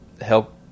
help